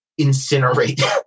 incinerate